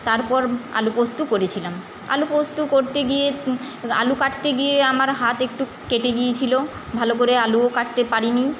তারপর আলু পোস্ত করেছিলাম আলু পোস্ত করতে গিয়ে আলু কাটতে গিয়ে আমার হাত একটু কেটে গিয়েছিলো ভালো করে আলুও কাটতে পারি নি